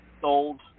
sold